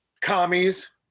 Commies